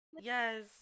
Yes